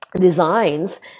Designs